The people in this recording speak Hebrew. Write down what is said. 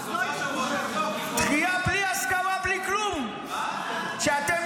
--- דחייה בלי הסכמה, בלי כלום, כשאתם